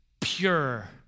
pure